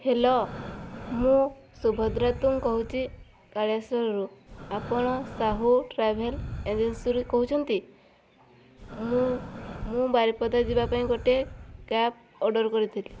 hello ମୁଁ ସୁଭଦ୍ରା ତୁଙ୍ଗ୍ କହୁଚି କାଳେଶ୍ଵରରୁ ଆପଣ ସାହୁ ଟ୍ରାଭେଲ୍ ଏଜେନ୍ସିରୁ କହୁଛନ୍ତି ମୁଁ ମୁଁ ବାରିପଦା ଯିବା ପାଇଁ ଗୋଟିଏ କ୍ୟାବ୍ ଅର୍ଡ଼ର୍ କରିଥିଲି